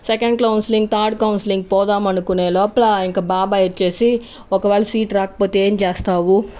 second counselling third counselling పోదామనుకునే లోపల ఇంకా బాబాయ్ వచ్చి ఒకవేళ సీట్ రాకపోతే ఏం చేస్తావు